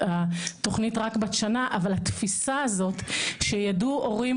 התוכנית רק בת שנה אבל התפיסה הזאת שיידעו הורים